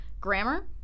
grammar